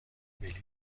بلیط